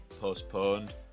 postponed